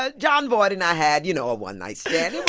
ah jon voight and i had, you know, a one-night stand.